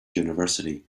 university